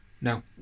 No